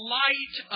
light